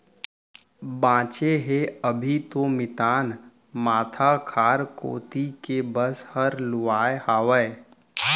बांचे हे अभी तो मितान माथा खार कोती के बस हर लुवाय हावय